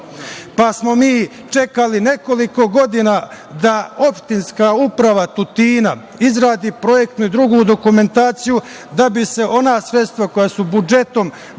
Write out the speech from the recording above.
Pa smo mi čekali nekoliko godina da opštinska uprava Tutina izradi projektnu i drugu dokumentaciju da bi se ona sredstva koja su budžetom